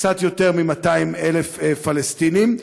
קצת יותר מ-200,000 פלסטינים,